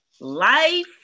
life